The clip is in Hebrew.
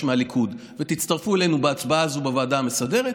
מהליכוד ותצטרפו אלינו בהצבעה הזאת בוועדה המסדרת,